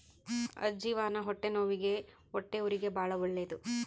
ಅಜ್ಜಿವಾನ ಹೊಟ್ಟೆನವ್ವಿಗೆ ಹೊಟ್ಟೆಹುರಿಗೆ ಬಾಳ ಒಳ್ಳೆದು